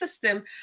system